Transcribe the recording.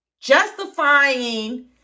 justifying